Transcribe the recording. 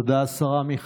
(חותמת על ההצהרה) תודה, השרה מיכאלי.